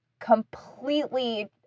Completely